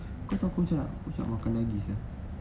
kau tau aku macam macam nak makan lagi sia